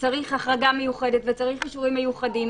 צריך החרגה מיוחדת וצריך אישורים מיוחדים.